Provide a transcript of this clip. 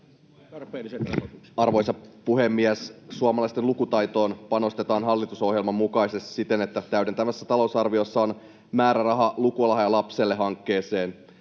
Arvoisa puhemies! Suomalaisten lukutaitoon panostetaan hallitusohjelman mukaisesti siten, että täydentävässä talousarviossa on määräraha Lukulahja lapselle ‑hankkeeseen.